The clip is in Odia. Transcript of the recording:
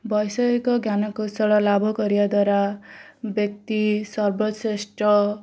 ବୈଷୟିକ ଜ୍ଞାନକୌଶଳ ଲାଭକରିବା ଦ୍ଵାରା ବ୍ୟକ୍ତି ସର୍ବଶ୍ରେଷ୍ଠ